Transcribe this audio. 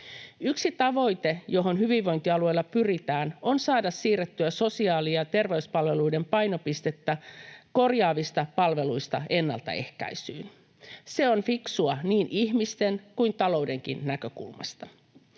Yksi tavoite, johon hyvinvointialueilla pyritään, on saada siirrettyä sosiaali- ja terveyspalveluiden painopistettä korjaavista palveluista ennaltaehkäisyyn. Se on fiksua niin ihmisten kuin taloudenkin näkökulmasta.